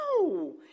No